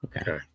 okay